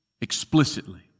explicitly